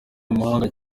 w’umuhanga